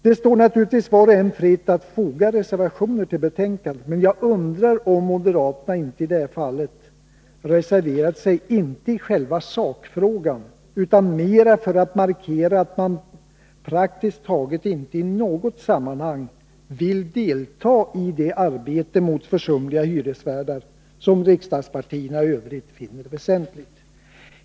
Det står naturligtvis var och en fritt att foga reservationer till betänkandena, men jag undrar om inte moderaterna i detta fall reserverat sig, inte i själva sakfrågan, utan mera för att markera att man praktiskt taget inte i något sammanhang vill delta i det arbete mot försumliga hyresvärdar som riksdagspartierna i övrigt finner väsentligt.